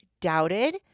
doubted